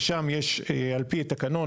ושם יש על פי תקנון,